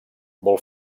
vol